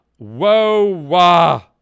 Whoa